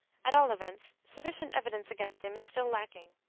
at all events, sufficient evidence against him is still lacking.